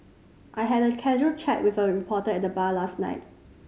I had a casual chat with a reporter at the bar last night